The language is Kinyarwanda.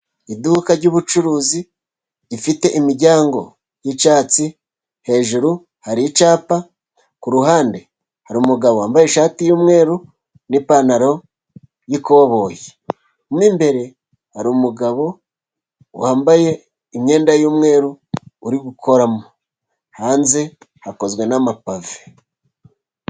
Iduka ry'ubucuruzi rifite imiryango y'icyatsi, hejuru hari icyapa, ku ruhande hari umugabo wambaye ishati y'umweru, n'ipantaro y'ikoboyi. Mo imbere hari umugabo wambaye imyenda y'umweru, uri gukoramo, hanze hakozwe n'amapave.